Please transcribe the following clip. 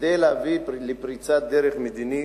כדי להביא לפריצת דרך מדינית.